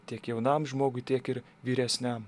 tiek jaunam žmogui tiek ir vyresniam